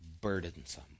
burdensome